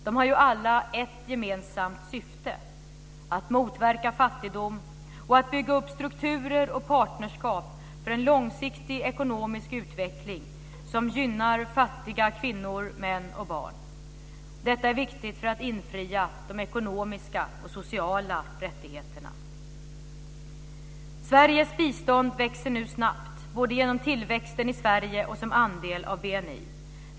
De har alla ett gemensamt syfte: att motverka fattigdom och att bygga upp strukturer och partnerskap för en långsiktig ekonomisk utveckling som gynnar fattiga kvinnor, män och barn. Detta är viktigt för att infria de ekonomiska och sociala rättigheterna. Sveriges bistånd växer nu snabbt, både genom tillväxten i Sverige och som andel av BNI.